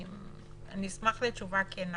אני אשמח לתשובה כנה